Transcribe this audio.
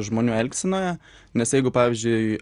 žmonių elgsenoje nes jeigu pavyzdžiui